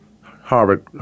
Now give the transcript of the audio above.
Harvard